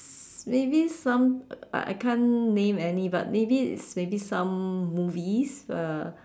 maybe some uh I can't name any but maybe it's maybe some movies uh